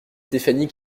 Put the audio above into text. stéphanie